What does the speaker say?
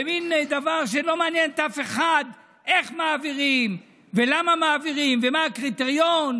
במין דבר שלא מעניין אף אחד איך מעבירים ולמה מעבירים ומה הקריטריון.